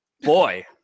Boy